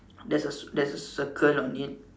there's a there's a circle on it